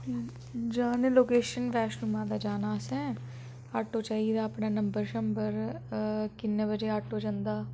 जा ने लोकेशन बैश्णो माता जाना असें आटो चाहिदा अपना नंबर शंबर किन्ने बजे आटो जंदा